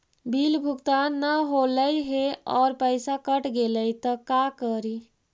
Bill भुगतान न हौले हे और पैसा कट गेलै त का करि?